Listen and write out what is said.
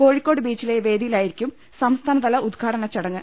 കോഴിക്കോട് ബീച്ചിലെ വേദിയിലായിരിക്കും സംസ്ഥാനതല ഉദ്ഘാടനം ചട ങ്ങ്